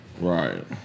Right